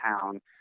town